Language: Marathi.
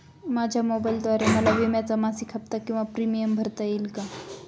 माझ्या मोबाईलद्वारे मला विम्याचा मासिक हफ्ता किंवा प्रीमियम भरता येईल का?